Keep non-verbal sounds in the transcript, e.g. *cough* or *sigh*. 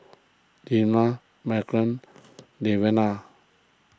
Lilah Maren *noise* Lavada